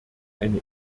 eine